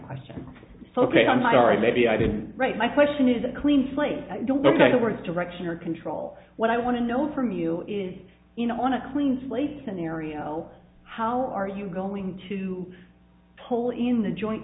question ok i'm sorry maybe i didn't write my question is a clean slate i don't look at the word direction or control what i want to know from you is in on a clean slate scenario how are you going to pull in the joint